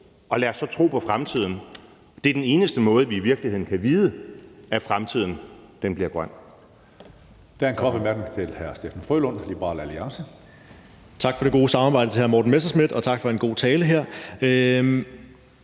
og lad os så tro på fremtiden. Det er den eneste måde, vi i virkeligheden kan vide, at fremtiden bliver grøn.